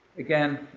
again,